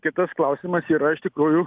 kitas klausimas yra iš tikrųjų